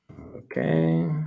Okay